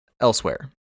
elsewhere